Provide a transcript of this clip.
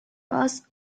bus